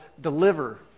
deliver